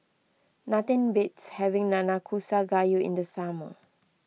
nothing beats having Nanakusa Gayu in the summer